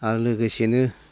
आरो लोगोसेनो